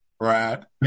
Brad